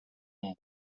amb